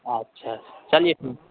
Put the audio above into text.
اچھا چلیے ٹھیک